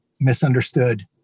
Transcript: misunderstood